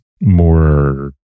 more